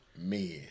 men